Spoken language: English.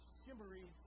shimmery